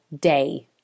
day